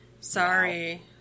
Sorry